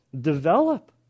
develop